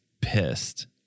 pissed